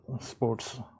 sports